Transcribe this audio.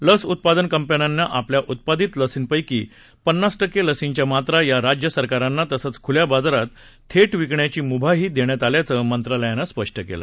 लस उत्पादन कंपन्यांना आपल्या उत्पादित लसींपैकी पन्नास टक्के लसींच्या मात्रा या राज्य सरकारांना तसंच खुल्या बाजारात थेट विकण्याची मुभाही देण्यात आल्याचंही मंत्रालयानं स्पष्ट केलं